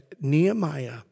Nehemiah